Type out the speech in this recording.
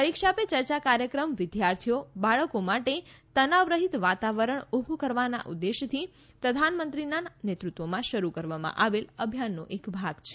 પરીક્ષા પે ચર્ચા કાર્યક્રમ વિદ્યાર્થીઓ બાળકો માટે તનાવરહિત વાતાવરણ ઊભું કરવાના ઉદ્દેશથી પ્રધાનમંત્રીના નેતૃત્વમાં શરૂ કરવામાં આવેલ અભિયાનનો એક ભાગ છે